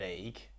League